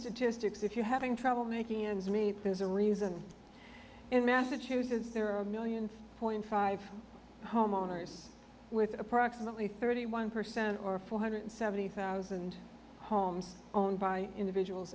statistics if you're having trouble making ends meet there's a reason in massachusetts there are a million point five homeowners with approximately thirty one percent or four hundred seventy thousand homes owned by individuals